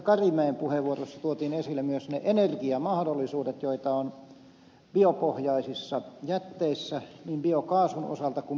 karimäen puheenvuossa tuotiin esille myös ne energiamahdollisuudet joita on biopohjaisissa jätteissä niin biokaasun osalta kuin muutoinkin